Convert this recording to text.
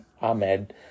Ahmed